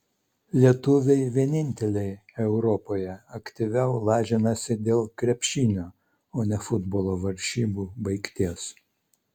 lietuviai vieninteliai europoje aktyviau lažinasi dėl krepšinio o ne futbolo varžybų baigties